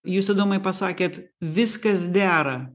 jūs adomai pasakėt viskas dera